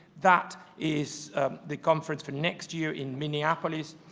that is the conference for next year in minneapolis.